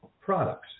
products